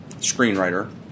Screenwriter